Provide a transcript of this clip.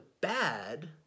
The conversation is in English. bad